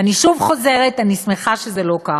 ואני שוב חוזרת, אני שמחה שזה לא כך.